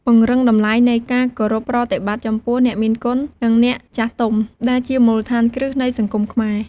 ពង្រឹងតម្លៃនៃការគោរពប្រតិបត្តិចំពោះអ្នកមានគុណ និងអ្នកចាស់ទុំ ដែលជាមូលដ្ឋានគ្រឹះនៃសង្គមខ្មែរ។